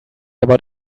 about